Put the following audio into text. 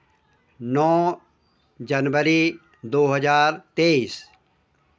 नौ जनवरी दो हज़ार तेइस